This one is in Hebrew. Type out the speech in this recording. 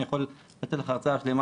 אני יכול לתת לך הרצאה שלמה,